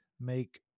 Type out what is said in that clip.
make